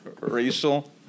racial